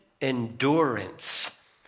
endurance